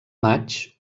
maig